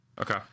Okay